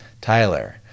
Tyler